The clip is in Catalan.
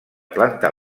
planta